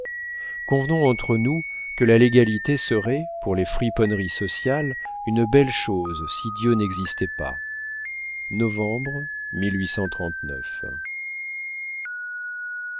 convenons entre nous que la légalité serait pour les friponneries sociales une belle chose si dieu n'existait pas